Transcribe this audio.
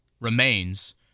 remains